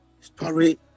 story